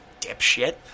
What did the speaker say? dipshit